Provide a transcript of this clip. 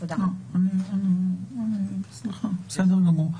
בסדר גמור.